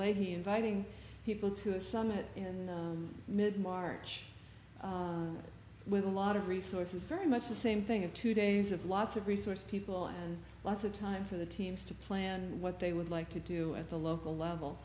leahy inviting people to a summit in mid march with a lot of resources very much the same thing of two days of lots of resource people and lots of time for the teams to plan what they would like to do at the local level